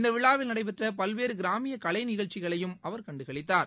இந்த விழாவில் நடைபெற்ற பல்வேறு கிராமிய கலை நிகழ்ச்சிகளையும் அவர் கண்டுகளித்தார்